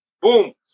Boom